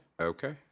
Okay